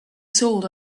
sold